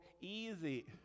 easy